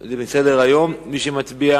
העברת הנושא לוועדה, ומי שמצביע